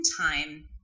time